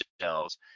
shells